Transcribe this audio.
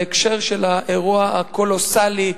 בהקשר של האירוע הקולוסלי,